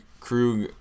Krug